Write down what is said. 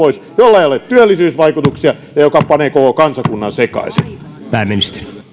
jolla ei ole työllisyysvaikutuksia ja joka panee koko kansakunnan sekaisin